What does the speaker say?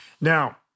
Now